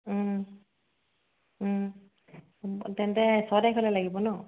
তেন্তে ছয় তাৰিখলৈ লাগিব ন